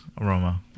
aroma